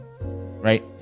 right